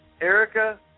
Erica